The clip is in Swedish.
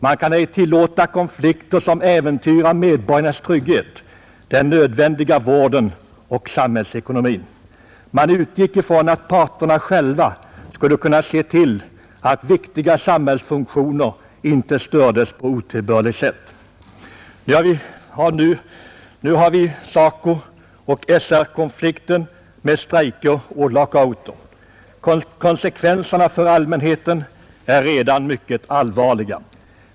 Man kan ej tillåta konflikter som äventyrar medborgarnas trygghet, den nödvändiga vården och samhällsekonomin. Man utgick ifrån att parterna själva skulle kunna se till att viktiga samhällsfunktioner inte stördes på ett otillbörligt sätt. Nu har vi SACO och SR-konflikten med strejker och lockouter. Konsekvenserna för allmänheten är redan mycket allvarliga.